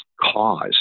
cause